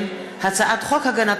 אני בעד.